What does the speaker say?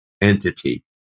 entity